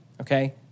okay